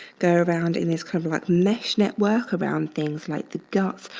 they're around in this kind of like mesh network around things like the gut,